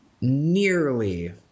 nearly